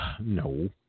no